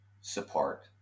support